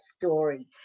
story